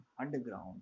underground